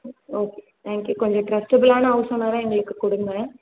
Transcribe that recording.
O okay thank you கொஞ்சம் ட்ரஸ்ட்டபிளான house ஓனராக எங்களுக்கு கொடுங்க